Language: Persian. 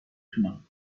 تونم